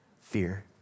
Fear